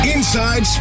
Inside